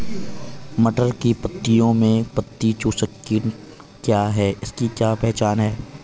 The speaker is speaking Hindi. मटर की पत्तियों में पत्ती चूसक कीट क्या है इसकी क्या पहचान है?